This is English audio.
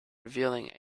revealing